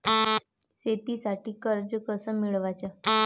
शेतीसाठी कर्ज कस मिळवाच?